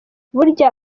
burya